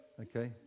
Okay